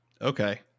okay